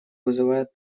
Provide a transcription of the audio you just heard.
вызывает